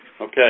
Okay